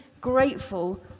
grateful